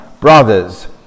brothers